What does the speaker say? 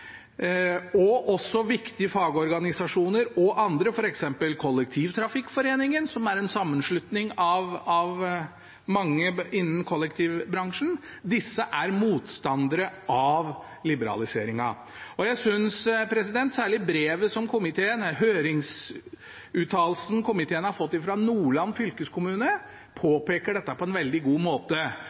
liberaliseringen. Også viktige fagorganisasjoner og andre, f.eks. Kollektivtrafikkforeningen, som er en sammenslutning av mange innen kollektivbransjen, er motstandere av liberaliseringen. Jeg syns særlig høringsuttalelsen komiteen har fått fra Nordland fylkeskommune, påpeker dette på en veldig god måte.